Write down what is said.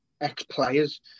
ex-players